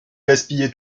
gaspillé